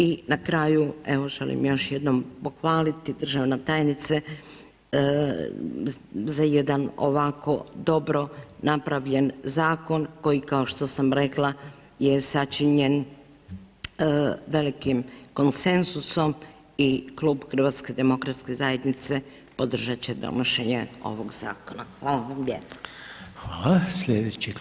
I na kraju evo želim još jednom pohvaliti državna tajnice za jedan ovako dobro napravljen zakon koji kao što sam rekla je sačinjen velikim konsenzusom i Klub HDZ-a podržat će donošenje ovog zakona.